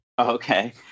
Okay